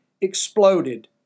exploded